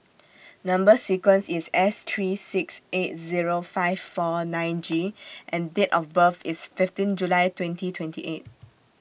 Number sequence IS S three six eight Zero five four nine G and Date of birth IS fifteen July twenty twenty eight